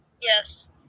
Yes